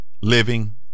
living